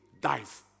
dies